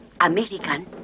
American